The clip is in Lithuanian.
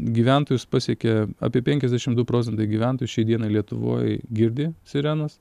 gyventojus pasiekia apie penkiasdešim du procentai gyventojų šiai dienai lietuvoj girdi sirenas